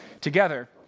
together